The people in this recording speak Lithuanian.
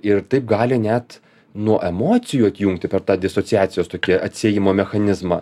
ir taip gali net nuo emocijų atjungti per tą disociacijos tokį atsiejimo mechanizmą